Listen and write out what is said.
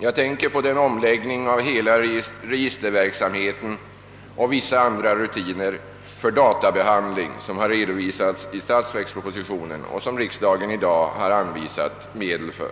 Jag tänker på den omläggning av hela registerverksamheten och vissa andra rutiner till databehandling som har redovisats i statsverkspropositionen och som riksdagen i dag har anvisat medel för.